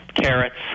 carrots